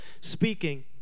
speaking